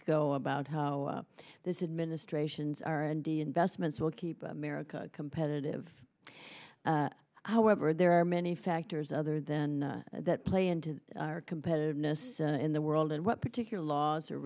ago about how this administration's r and d investments will keep america competitive however there are many factors other then that play into our competitiveness in the world and what particular laws